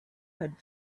had